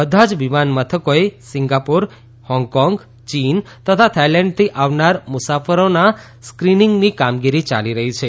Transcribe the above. બધા જ વિમાનમથકોએ સિંગાપુર હોંગકોંગ ચીન તથા થાઈલેન્ડથી આવનાર મુસાફરોના સ્કીનિંગની કામગીરી ચાલી રહી છે